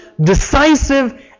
decisive